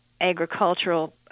agricultural